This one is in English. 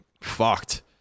fucked